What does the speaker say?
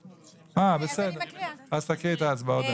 בסדר, אז תקריאי את ההסתייגויות.